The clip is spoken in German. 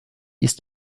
ist